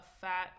fat